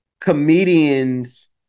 comedians